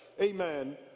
amen